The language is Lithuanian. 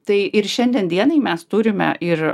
tai ir šiandien dienai mes turime ir